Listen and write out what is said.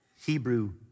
Hebrew